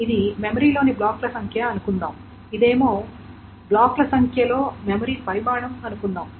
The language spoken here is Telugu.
ఇది ఒక మెమరీలోని బ్లాకుల సంఖ్య అనుకుందాం ఇదేమో బ్లాకుల సంఖ్యలో మెమరీ పరిమాణం అనుకుందాం